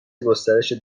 گسترش